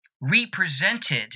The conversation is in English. represented